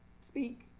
speak